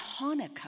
Hanukkah